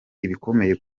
ibikomeye